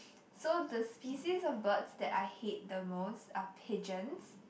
so the species of birds that I hate the most are pigeons